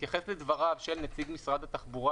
בהתייחס לדבריו של נציג משרד התחבורה